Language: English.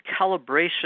calibration